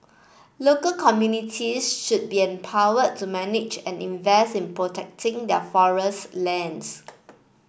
local communities should be empowered to manage and invest in protecting their forest lands